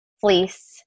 Fleece